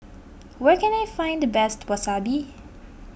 where can I find the best Wasabi